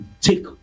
take